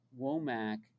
Womack